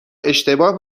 اشتباه